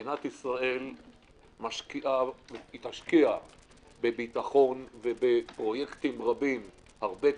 מדינת ישראל תשקיע בביטחון ובפרויקטים רבים הרבה כסף.